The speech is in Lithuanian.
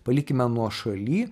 palikime nuošaly